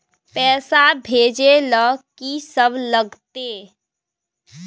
पैसा भेजै ल की सब लगतै?